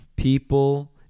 People